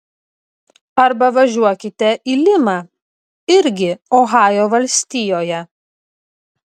arba važiuokite į limą irgi ohajo valstijoje